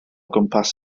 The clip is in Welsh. gwmpas